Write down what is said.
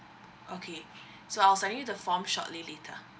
okay so I'll send you the form shortly later